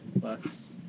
plus